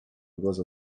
because